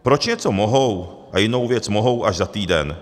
Proč něco mohou, a jinou věc mohou až za týden?